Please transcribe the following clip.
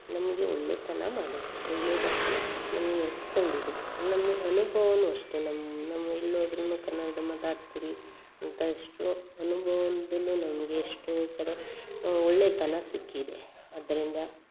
ನಮಗೆ ಒಳ್ಳೆತನ ಮಾಡಿದೆ ಒಳ್ಳೆಯದಾಗಿ ನಮ್ಗೆ ನಡೆಸ್ಕೊಂಡಿದೆ ನಮ್ಗೆ ಅನುಭವನೂ ಅಷ್ಟೇ ನಮ್ಮ ನಮ್ಮ ಎಲ್ಲಿ ಹೋದ್ರೂ ಕನ್ನಡ ಮಾತಾಡ್ತೀರಿ ಅಂತ ಎಷ್ಟೋ ಅನುಭವದಲ್ಲೂ ನಮಗೆ ಎಷ್ಟೋ ಕಡೆ ಒಳ್ಳೆತನ ಸಿಕ್ಕಿದೆ ಅದರಿಂದ